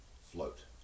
float